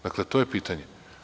Dakle, to je pitanje.